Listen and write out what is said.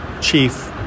chief